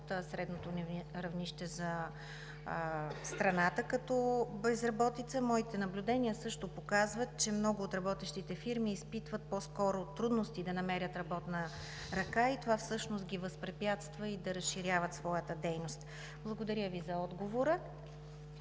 под средното равнище за страната като безработица. Моите наблюдения също показват, че много от работещите фирми изпитват по-скоро трудности да намерят работна ръка и това всъщност ги възпрепятства да разширяват своята дейност. Благодаря Ви за отговора,